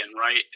right